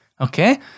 Okay